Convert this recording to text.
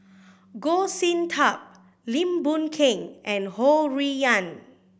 Goh Sin Tub Lim Boon Keng and Ho Rui An